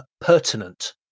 pertinent